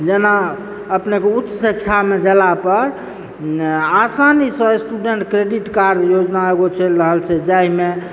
जेना अपनेके उच्च शिक्षामे जेला पर आसानीसँ स्टूडेन्ट क्रेडिट कार्ड योजना एगो चलि रहल छै जाहिमे